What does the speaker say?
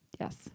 yes